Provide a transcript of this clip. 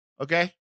Okay